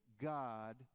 god